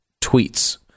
tweets